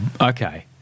Okay